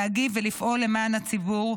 להגיב ולפעול למען הציבור,